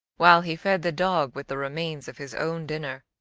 while he fed the dog with the remains of his own dinner.